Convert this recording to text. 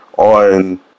on